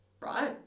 right